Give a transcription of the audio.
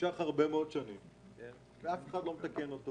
שנמשך הרבה מאוד שנים שאף אחד לא מטפל בו.